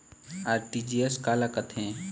RTGS काला कथें?